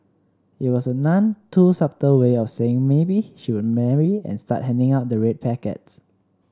it was a none too subtle way of saying maybe she would marry and start handing out the red packets